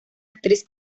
actriz